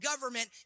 government